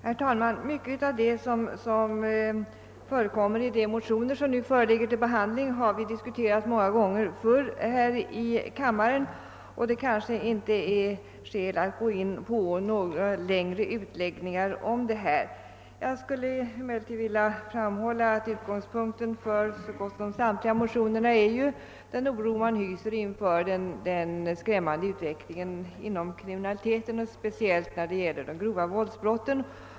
Herr talman! Mycket av det som framhålles i de motioner som nu föreligger till behandling har vi diskuterat många gånger tidigare här i kammaren, och det kanske inte finns tillräckliga skäl att gå in på någon längre utläggning om detta. Jag skulle emellertid vilja framhålla att utgångspunkten för samtliga motioner är den oro man hyser inför den skrämmande utvecklingen i fråga om kriminaliteten, speciellt vad beträffar de grova våldsbrotten.